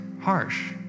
harsh